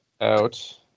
out